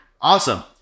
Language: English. Awesome